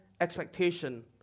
expectation